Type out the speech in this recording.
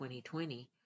2020